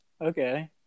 Okay